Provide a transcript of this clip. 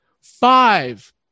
Five